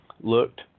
looked